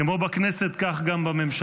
כמו בכנסת, כך גם בממשלה,